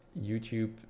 YouTube